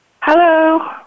Hello